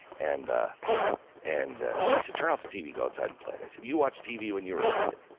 and ah and she said, turn off the tv and go outside and play. and i said, you watched tv when you were a kid.